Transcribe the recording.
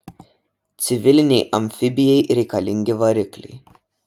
civilinei amfibijai reikalingi varikliai